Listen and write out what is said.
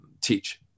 teach